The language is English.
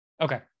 okay